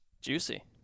juicy